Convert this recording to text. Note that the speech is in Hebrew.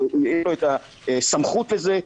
יש לו את הסמכות לזה,